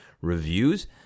reviews